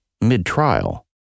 mid-trial